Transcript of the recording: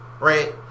Right